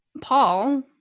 Paul